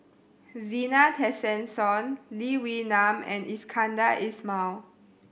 Zena Tessensohn Lee Wee Nam and Iskandar Ismail